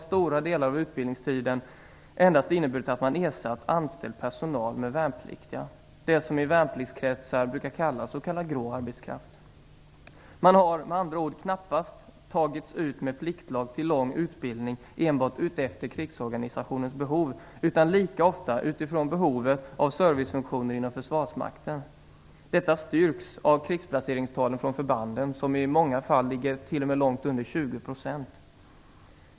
Stora delar av utbildningstiden har endast inneburit att man ersatt anställd personal med värnpliktiga; de som i värnpliktskretsar brukar kallas för grå arbetskraft. Man har med andra ord knappast tagits ut med pliktlag till lång utbildning enbart med hänsyn till krigsorganisationens behov utan lika ofta med hänsyn till behov av servicefunktioner inom försvarsmakten. Detta styrks av krigsplaceringstalen från förbanden som i många fall ligger långt under 20 %.